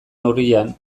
neurrian